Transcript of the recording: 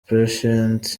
patient